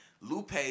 Lupe